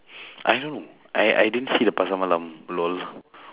I don't I I didn't see the pasar malam lol